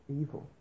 evil